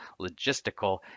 logistical